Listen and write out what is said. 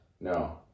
No